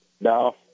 No